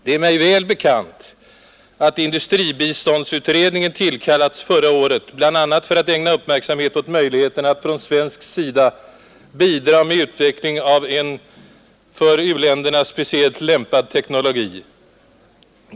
Det är mig väl bekant att industribiståndsutredningen tillkallats förra året för att bl.a. ägna uppmärksamhet åt möjligheterna att från svensk sida bidra med utveckling av en för u-länderna speciellt lämpad teknologi.